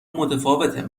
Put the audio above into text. متفاوته